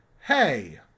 hey